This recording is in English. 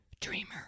dreamer